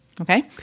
okay